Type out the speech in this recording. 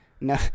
No